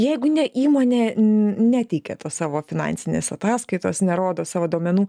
jeigu ne įmonė neteikia tos savo finansinės ataskaitos nerodo savo duomenų